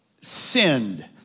sinned